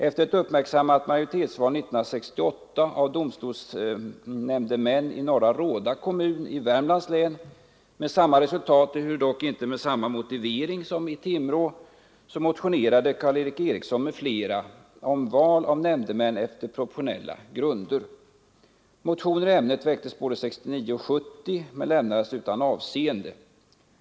Efter ett uppmärksammat majoritetsval 1968 av domstolsnämndemän i Norra Råda kommun i Värmlands län — med samma resultat, ehuru dock inte med samma motivering som i Timrå — motionerade herr Eriksson i Arvika m.fl. om val av nämndemän efter proportionella grunder. Motioner i ämnet väcktes både 1969 och 1970 men lämnades utan avseende.